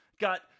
got